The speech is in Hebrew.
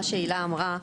אמרה,